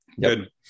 Good